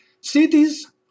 Cities